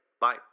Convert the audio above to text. Bye